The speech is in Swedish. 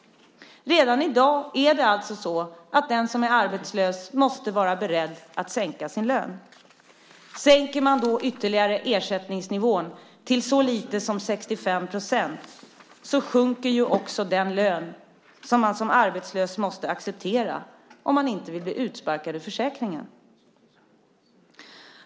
Redan i dag måste alltså den som är arbetslös vara beredd att sänka sin lön. Sänker man ersättningsnivån ytterligare till så lite som 65 % sjunker ju också den lön som man som arbetslös måste acceptera om man inte vill bli utsparkad ur försäkringen.